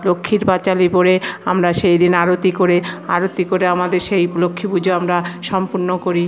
লক্ষ্মীর পাঁচালী পড়ে আমরা সেই দিন আরতি করে আরতি করে আমাদের সেই লক্ষ্মী পুজো আমরা সম্পূর্ণ করি